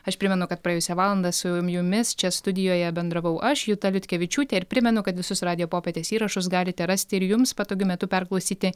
aš primenu kad praėjusią valandą su jumis čia studijoje bendravau aš juta liutkevičiūtė ir primenu kad visus radijo popietės įrašus galite rasti ir jums patogiu metu perklausyti